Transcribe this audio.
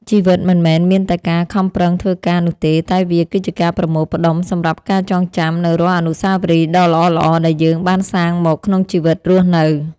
ជីវិតមិនមែនមានតែការខំប្រឹងធ្វើការនោះទេតែវាគឺជាការប្រមូលផ្ដុំសម្រាប់ការចងចាំនូវរាល់អនុស្សាវរីយ៍ដ៏ល្អៗដែលយើងបានសាងមកក្នុងជីវិតរស់នៅ។